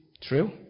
true